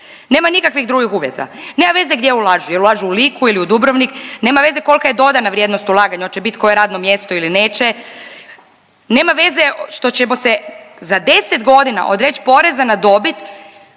Nema nikakvih drugih uvjeta, nema veze gdje ulažu, jel ulažu u Liku ili u Dubrovnik, nema veze kolika je dodana vrijednost ulaganja, hoće bit koje radno mjesto ili neće, nema veza što ćemo se za 10 godina odreć poreza na dobit